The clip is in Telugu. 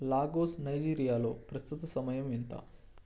లాగోస్ నైజీరియాలో ప్రస్తుత సమయం ఎంత